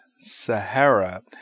sahara